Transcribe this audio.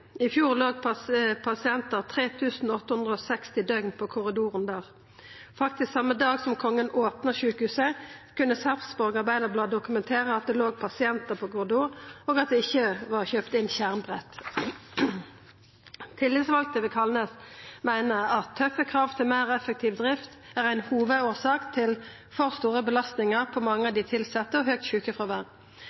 I fjor låg det pasientar 3 860 døgn på korridoren der. Faktisk den same dagen som kongen opna sjukehuset, kunne Sarpsborg Arbeiderblad dokumentera at det låg pasientar på korridoren, og at det ikkje var kjøpt inn skjermbrett. Tillitsvalde ved Kalnes meiner at tøffe krav til meir effektiv drift er ei hovudårsak til for store belastingar på mange av dei tilsette og høgt